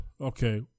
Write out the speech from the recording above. okay